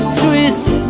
twist